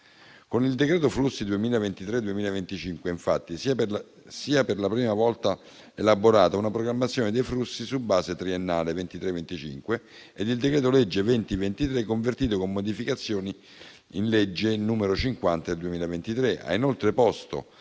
Con il decreto-legge flussi 2023-2025, infatti, si è per la prima volta elaborata una programmazione dei flussi su base triennale (2023-2025). Il decreto-legge n. 20 del 2023, convertito con modificazioni dalla legge n. 50 del 2023, ha inoltre posto